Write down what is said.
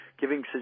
giving